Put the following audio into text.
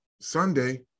Sunday